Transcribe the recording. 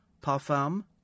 Parfum